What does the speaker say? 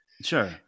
Sure